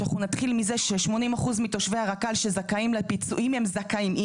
שאנחנו נתחיל מזה ש-80% מתושבי הרק"ל שזכאים לפיצויים הם זכאים,